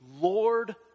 Lord